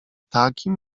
takim